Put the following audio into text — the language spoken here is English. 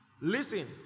listen